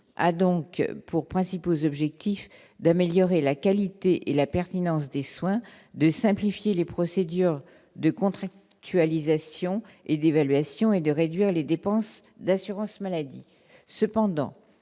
a donc pour principaux objectifs d'améliorer la qualité et la pertinence des soins de simplifier les procédures de contrat actualisation et d'évaluation et de réduire les dépenses d'assurance maladie,